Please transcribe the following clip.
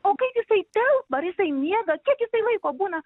o kaip jisai telpa ar jisai miega kiek jisai laiko būna